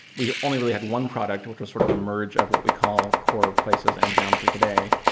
we only really had one product, which was sort of a merge of what we call core places and geometry today.